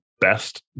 best